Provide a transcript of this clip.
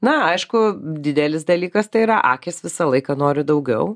na aišku didelis dalykas tai yra akys visą laiką nori daugiau